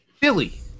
Billy